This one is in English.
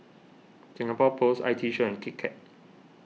Singapore Post I T Show and Kit Kat